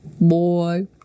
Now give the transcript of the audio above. Boy